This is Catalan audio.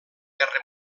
guerra